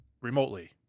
remotely